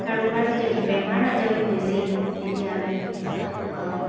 কাৰোবাৰ যদি বেমাৰ আজাৰো হৈছিল তেতিয়া আমি